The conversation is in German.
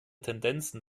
tendenzen